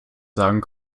sagen